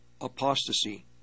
apostasy